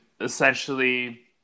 essentially